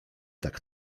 tak